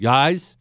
Guys